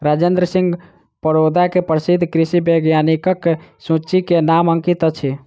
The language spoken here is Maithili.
राजेंद्र सिंह परोदा के प्रसिद्ध कृषि वैज्ञानिकक सूचि में नाम अंकित अछि